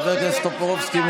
חבר הכנסת טופורובסקי,